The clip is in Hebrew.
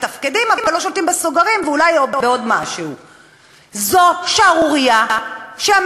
זו שערורייה שהמדינה ומשרד האוצר יושבים בשקט ונותנים לדברים האלה